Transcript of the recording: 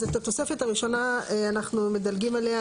אז את התוספת הראשונה אנחנו מדלגים עליה,